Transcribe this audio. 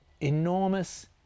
enormous